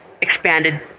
expanded